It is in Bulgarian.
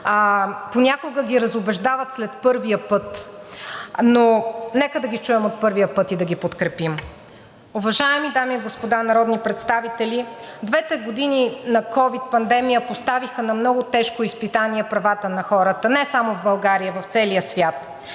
понякога ги разубеждават след първия път, но нека да ги чуем от първия път и да ги подкрепим. Уважаеми дами и господа народни представители, двете години на ковид пандемия поставиха на много тежко изпитание правата на хората не само в България – в целия свят.